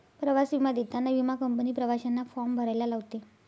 प्रवास विमा देताना विमा कंपनी प्रवाशांना फॉर्म भरायला लावते